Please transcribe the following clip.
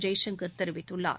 ஜெயசங்கர் தெரிவித்துள்ளார்